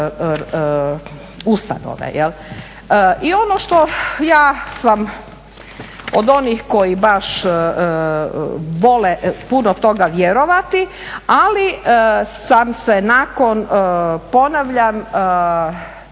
ustanove. I ono što ja sam od onih koji baš vole puno toga vjerovati, ali sam se nakon ponavljam